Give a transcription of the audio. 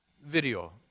video